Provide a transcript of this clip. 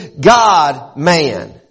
God-man